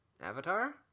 Avatar